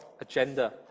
agenda